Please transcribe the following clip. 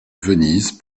venise